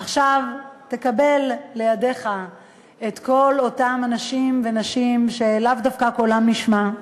עכשיו תקבל לידיך את כל אותם אנשים ונשים שלאו דווקא קולם נשמע,